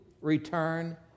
return